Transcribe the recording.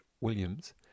Williams